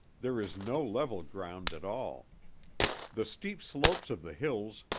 there is no level ground at all the steep slopes of the hills,